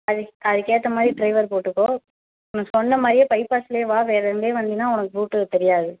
அதுக் அதுக்கேற்ற மாதிரி ட்ரைவர் போட்டுக்கோ நான் சொன்ன மாதிரியே பைபாஸ்லே வா வேறு எங்கேயும் வந்தின்னா உனக்கு ரூட்டு தெரியாது